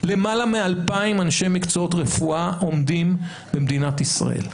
למעלה מ-2,000 אנשי מקצועות רפואה עומדים במדינת ישראל.